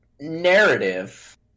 narrative